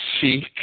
seek